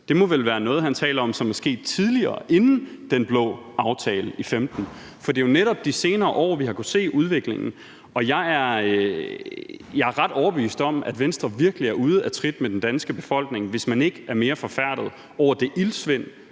Det må vel være noget, han taler om, som er sket tidligere, altså inden den blå aftale i 2015, for det er jo netop i de senere år, vi har kunnet se udviklingen. Og jeg er ret overbevist om, at Venstre virkelig er ude af trit med den danske befolkning, hvis man ikke er mere forfærdet over det iltsvind,